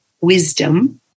wisdom